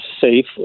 safe